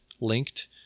linked